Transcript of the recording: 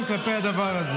כלפי הדבר הזה.